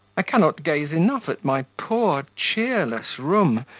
i cannot gaze enough at my poor, cheerless room,